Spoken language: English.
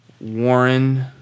Warren